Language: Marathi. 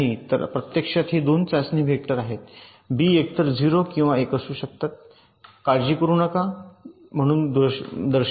तर प्रत्यक्षात हे 2 चाचणी वेक्टर आहेत बी एकतर 0 किंवा 1 असू शकतात मी काळजी करू नका म्हणून दर्शवितो